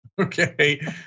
okay